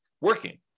working